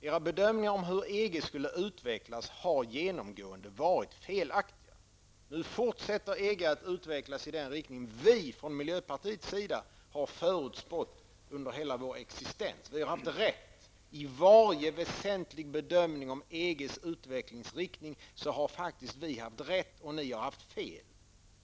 Era bedömningar av hur EG skulle utvecklas har genomgående varit felaktiga. Nu fortsätter EG att utvecklas i den riktning vi från miljöpartiets sida har förutspått under hela vår existens. I varje väsentlig bedömning om EGs utvecklingsriktning har vi haft rätt och ni fel.